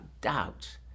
doubt